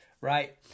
right